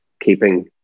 keeping